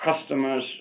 customers